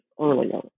earlier